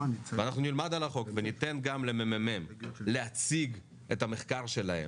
אנחנו נלמד על הצעת החוק וניתן גם לממ"מ להציג את המחקר שלהם,